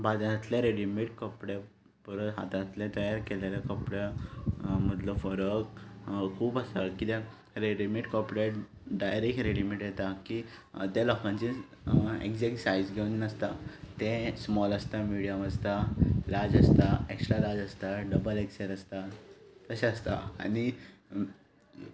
बाजारांतले readymade कपड्यां परस हातांतलें तयार केलेलें कपड्यां मदलो फरक खूब आसा किद्याक रेडीमेड कपडे डायरेक्ट रेडीमेड येता की ते लोकांचे एग्जेक्ट सायज घेवन नासता ते स्मॉल आसता मिडीयम आसता लार्ज आसता एक्स्ट्रा लार्ज आसता डबल एक्सेल आसता तशे आसता आनी